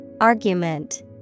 Argument